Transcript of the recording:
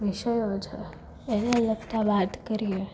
વિષયો છે એને લગતા વાત કરીએ તો